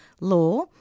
Law